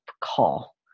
call